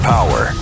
Power